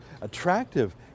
attractive